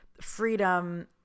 freedom